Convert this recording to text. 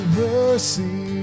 mercy